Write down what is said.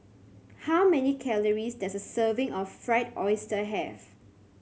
how many calories does a serving of Fried Oyster have